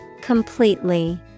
Completely